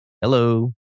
Hello